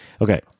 Okay